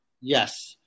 Yes